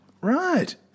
right